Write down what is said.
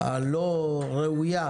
הלא ראויה,